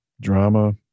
drama